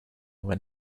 when